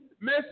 Miss